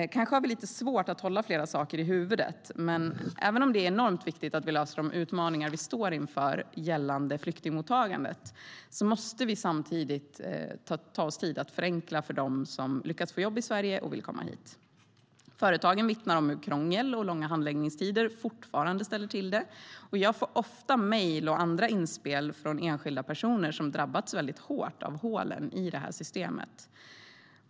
Kanske har vi lite svårt att hålla flera saker i huvudet samtidigt. Men även om det är enormt viktigt att vi löser de stora utmaningar som vi står inför gällande flyktingmottagandet måste vi samtidigt förenkla för dem som lyckats få jobb i Sverige och vill komma hit. Företagen vittnar om hur krångel och långa handläggningstider fortfarande ställer till det. Jag får ofta mejl och andra inspel från enskilda personer som har drabbats väldigt hårt av hålen i det här systemet.